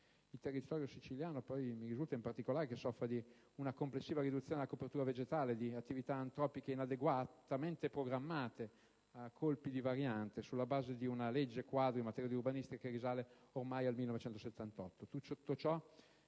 Il territorio siciliano, in particolare, soffre di una complessiva riduzione della copertura vegetale, di attività antropiche inadeguatamente programmate, a colpi di variante, sulla base di una legge quadro in materia urbanistica che risale oramai al 1978.